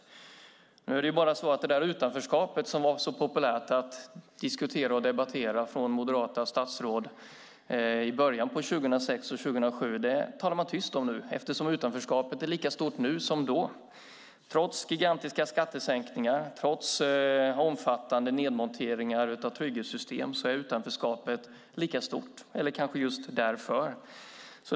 Nu är det bara så att det där utanförskapet, som var så populärt att diskutera och debattera för moderata statsråd 2006 och 2007, talar man tyst om nu, eftersom utanförskapet är lika stort nu som då. Trots gigantiska skattesänkningar och omfattande nedmonteringar av trygghetssystem är utanförskapet lika stort - eller kanske just därför.